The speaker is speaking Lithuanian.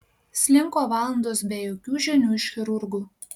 slinko valandos be jokių žinių iš chirurgų